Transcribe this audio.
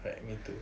right me too